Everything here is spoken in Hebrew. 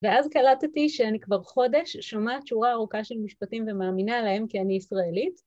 ואז קלטתי שאני כבר חודש, שומעת שורה ארוכה של משפטים ומאמינה עליהם כי אני ישראלית.